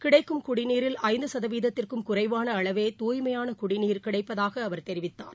கிடைக்கும் குடிநில் ஐந்துசதவீதத்திற்கும் குறைவானஅளவே தூய்மையானகுடிநிர் கிடைப்பதாகஅவர் தெரிவித்தார்